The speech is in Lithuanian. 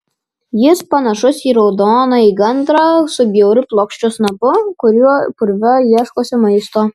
jis panašus į raudonąjį gandrą su bjauriu plokščiu snapu kuriuo purve ieškosi maisto